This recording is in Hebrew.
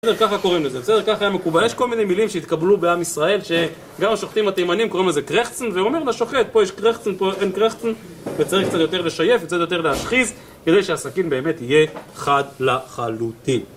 בסדר, ככה קוראים לזה. בסדר, ככה היה מקובל. יש כל מיני מילים שהתקבלו בעם ישראל, שגם השוחטים התימנים קוראים לזה קרחצן, והוא אומר לשוחט, פה יש קרחצן, פה אין קרחצן, וצריך קצת יותר לשייף, קצת יותר להשחיז, כדי שהסכין באמת יהיה חד לחלוטין.